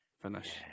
finish